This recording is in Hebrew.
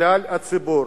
כלל הציבור